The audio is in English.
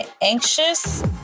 anxious